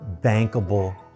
bankable